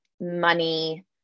money